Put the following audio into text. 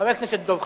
חבר הכנסת דב חנין.